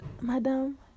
madam